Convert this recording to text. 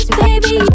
baby